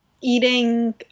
eating